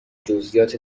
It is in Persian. جزییات